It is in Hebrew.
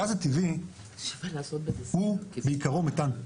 הגז הטבעי הוא בעיקרו מתאן.